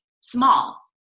small